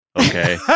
okay